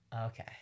Okay